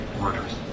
orders